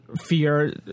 fear